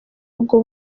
ubwo